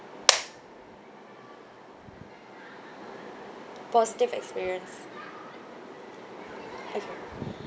positive experience okay